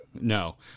No